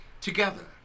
together